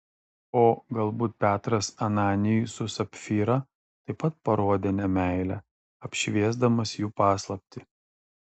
o galbūt petras ananijui su sapfyra taip pat parodė nemeilę apšviesdamas jų paslaptį